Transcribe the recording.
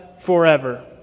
forever